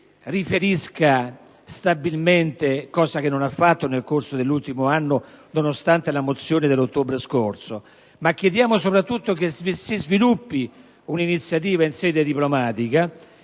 riferisca stabilmente, cosa che non ha fatto nel corso dell'ultimo anno nonostante la mozione dell'ottobre scorso, ma soprattutto perché sviluppi un'iniziativa diplomatica,